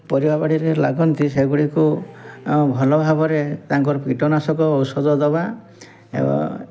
ପରିବା ବାଡ଼ିରେ ଲାଗନ୍ତି ସେଗୁଡ଼ିକୁ ଆମେ ଭଲ ଭାବରେ ତାଙ୍କର କୀଟନାଶକ ଔଷଧ ଦେବା